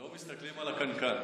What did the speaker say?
לא מסתכלים על הקנקן.